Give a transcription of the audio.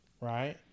right